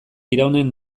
iraunen